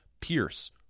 Pierce